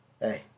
hey